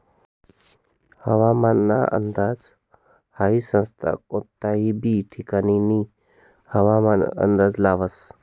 हवामानना अंदाज हाई संस्था कोनता बी ठिकानना हवामानना अंदाज लावस